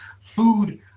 food